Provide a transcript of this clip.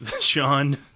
Sean